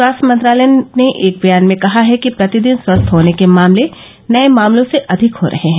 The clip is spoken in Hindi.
स्वास्थ्य मंत्रालय ने एक बयान में कहा है कि प्रतिदिन स्वस्थ होने के मामले नए मामलों से अधिक हो रहे हैं